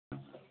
ಹಾಂ ಸರ್